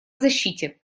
защите